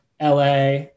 LA